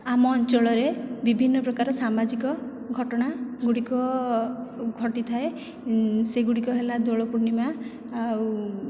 ଆମ ଅଞ୍ଚଳରେ ବିଭିନ୍ନ ପ୍ରକାର ସାମାଜିକ ଘଟଣା ଗୁଡ଼ିକ ଘଟିଥାଏ ସେଗୁଡ଼ିକ ହେଲା ଦୋଳ ପୂର୍ଣ୍ଣିମା ଆଉ